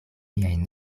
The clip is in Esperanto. miajn